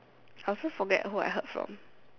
I also forget who I heard from